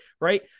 right